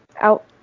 out